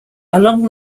along